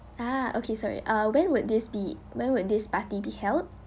ah okay sorry uh when would this be when would this party be held